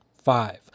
Five